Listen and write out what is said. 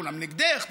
כולם נגדך,